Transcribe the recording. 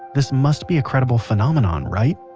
this must be a credible phenomenon, right?